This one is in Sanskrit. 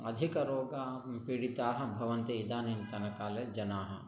अधिकरोगेण पीडिताः भवन्ति इदानीन्तनकाले जनाः